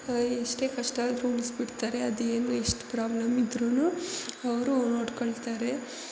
ಎಷ್ಟೇ ಕಷ್ಟ ಆದರೂ ಉಳಿಸ್ಬಿಡ್ತಾರೆ ಅದು ಏನು ಎಷ್ಟು ಪ್ರಾಬ್ಲಮ್ ಇದ್ರೂ ಅವರು ನೋಡಿಕೊಳ್ತಾರೆ